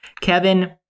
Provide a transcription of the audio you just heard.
Kevin